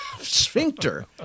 sphincter